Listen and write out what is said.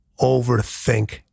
overthink